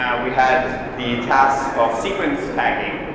yeah we had the task of sequence tagging,